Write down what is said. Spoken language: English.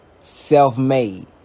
self-made